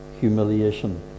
humiliation